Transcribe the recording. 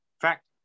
fact